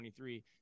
2023